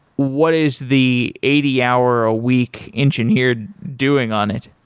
what is the eighty hour a week engineer doing on it?